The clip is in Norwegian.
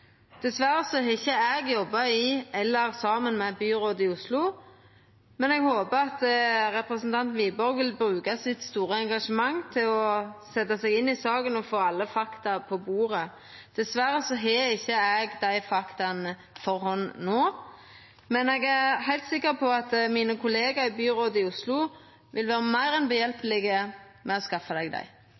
Dessverre har ikkje eg jobba i eller saman med byrådet i Oslo, men eg håper at representanten Wiborg vil bruka sitt store engasjement til å setja seg inn i saka og få alle fakta på bordet. Dessverre har ikkje eg dei faktaa for handa no, men eg er heilt sikker på at kollegaene mine i byrådet i Oslo vil vera meir enn hjelpsame med å skaffa dei.